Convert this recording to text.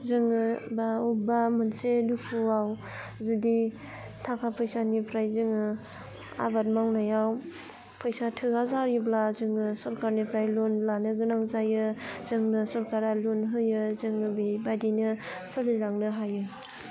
जोङो बा अबबा मोनसे दुखुवाव जुदि ताखा फैसानिफ्राय जोङो आबाद मावनायाव फैसा थोआ जायोब्ला जोङो सरकारनिफ्राय लन लानो गोनां जायो जोंनो सरकारा लुन होयो जोङो बिबायदिनो सलिलांनो हायो